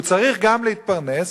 הוא צריך גם להתפרנס,